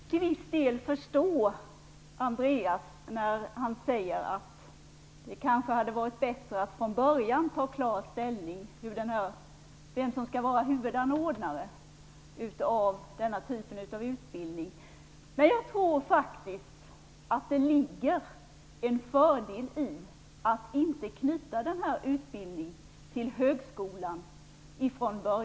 Fru talman! Jag kan till viss del förstå Andreas Carlgren när han säger att det kanske hade varit bättre att från början ta klar ställning för vem som skall vara huvudanordnare av denna typ av utbildning. Men jag tror faktiskt att det ligger en fördel i att inte från början knyta utbildningen till högskolan.